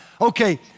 Okay